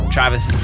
Travis